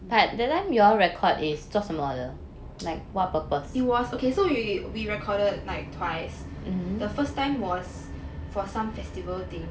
it was okay so we recorded like twice the first time was for some festival thing